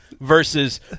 versus